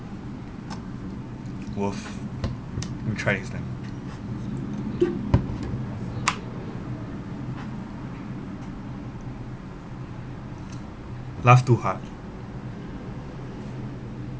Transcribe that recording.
worth going to try next time laugh too hard